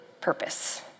purpose